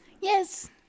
Yes